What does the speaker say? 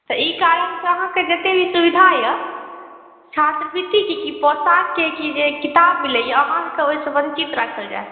तऽ एहि कारण से अहाँके जतेक भी सुबिधा यऽ छात्रवृत्तिके कि पौशाकके की जे किताब मिलैए अहाँक ओहिसँ वञ्चित राखल जाएत